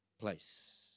place